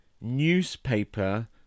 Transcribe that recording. newspaper